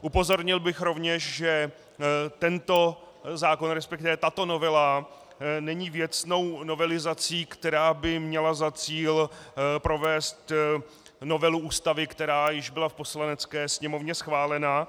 Upozornil bych rovněž, že tento zákon, resp. tato novela není věcnou novelizací, která by měla za cíl provést novelu Ústavy, která již byla v Poslanecké sněmovně schválena.